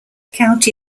county